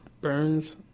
burns